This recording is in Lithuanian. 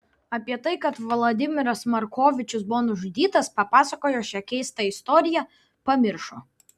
apie tai kad vladimiras markovičius buvo nužudytas papasakojo o šią keistą istoriją pamiršo